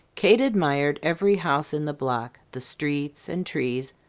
kate admired every house in the block, the streets and trees,